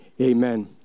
Amen